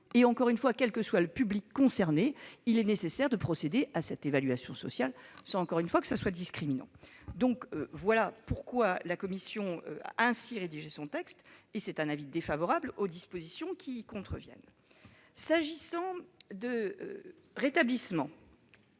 et encore une fois, quel que soit le public concerné, il est nécessaire de procéder à cette évaluation sociale, sans que cela soit discriminant. Voilà pourquoi la commission a ainsi rédigé son texte. Elle émet un avis défavorable sur les dispositions qui y contreviennent. Quant au rétablissement